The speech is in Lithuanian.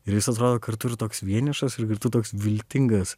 ir jis atrodo kartu ir toks vienišas ir kartu toks viltingas